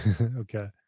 Okay